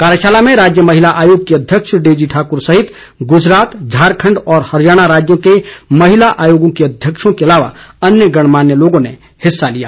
कार्यशाला में राज्य महिला आयोग की अध्यक्ष डेजी ठाकुर सहित गुजरात झारखण्ड और हरियाणा राज्यों के महिला आयोग की अध्यक्षों के अलावा अन्य गणमान्य लोगों ने हिस्सा लिया